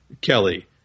Kelly